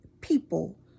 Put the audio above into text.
people